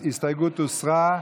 ההסתייגות הוסרה.